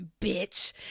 bitch